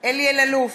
אלי אלאלוף,